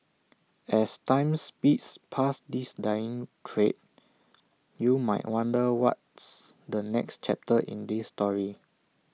as time speeds past this dying trade you might wonder what's the next chapter in this story